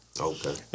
Okay